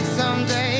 someday